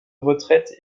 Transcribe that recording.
retraite